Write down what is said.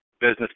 business